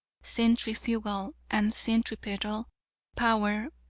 centrifugal and centripetal power,